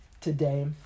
today